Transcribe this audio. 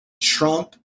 Trump